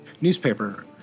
newspaper